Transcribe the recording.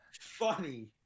funny